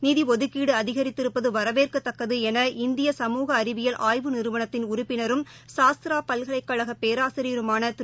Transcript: நிதிடிதுக்கீடுஅதிகித்திருப்பதுவரவேற்கத்தக்கதுஎன இந்திய சமூக அறிவியல் ஆய்வு நிறுவனத்தின் உறுப்பினரும் சாஸ்த்ராபல்கலைக் கழகபேராசிரியருமானதிரு